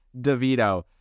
DeVito